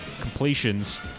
completions